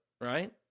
right